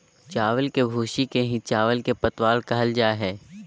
चावल के भूसी के ही चावल के पतवार कहल जा हई